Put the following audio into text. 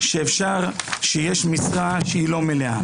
שיש משרה לא מלאה,